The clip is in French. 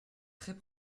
très